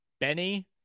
Benny